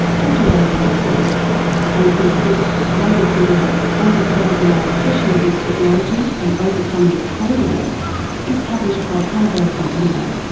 dr larry rosen and his book i-disorder understanding our obsession with technology and overcoming its hold on us is published by palgrave macmillan.